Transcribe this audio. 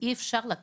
אי אפשר היה לקחת.